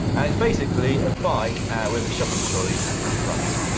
it's basically a bike with a shopping trolley at the front.